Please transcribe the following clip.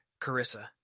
Carissa